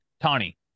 Tawny